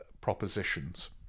propositions